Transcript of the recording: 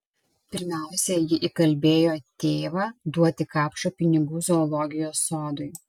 pirmiausia ji įkalbėjo tėvą duoti kapšą pinigų zoologijos sodui